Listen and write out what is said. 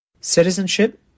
Citizenship